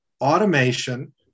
automation